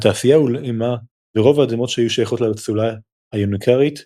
התעשייה הולאמה ורוב האדמות שהיו שייכות לאצולה היונקרית הוחרמו.